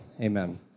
Amen